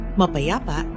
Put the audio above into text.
mapayapa